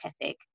ethic